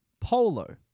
Polo